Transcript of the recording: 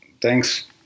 thanks